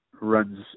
runs